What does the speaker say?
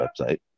website